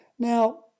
Now